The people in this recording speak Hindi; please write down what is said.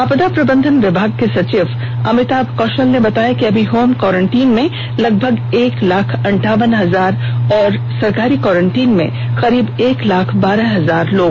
आपदा प्रबंधन विभाग के सचिव अमिताभ कौशल ने बताया कि अभी होम क्वारेंटाइन में लगभग एक लाख अंठावन हजार और सरकारी क्वारेंटाइन में करीब एक लाख बारह हजार लोग हैं